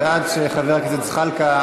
ועד שחבר הכנסת זחאלקה